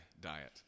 diet